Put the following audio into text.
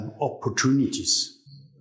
opportunities